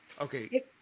Okay